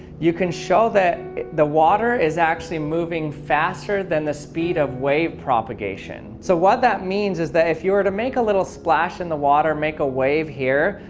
you can show that the water is actually moving faster than the speed of wave propagation. so what that means is that if you're to make a little splash in the water make a wave here,